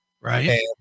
Right